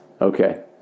Okay